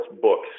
books